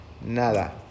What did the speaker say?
nada